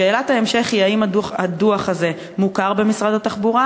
שאלת ההמשך היא: 1. האם הדוח הזה מוכר במשרד התחבורה?